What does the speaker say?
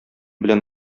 белән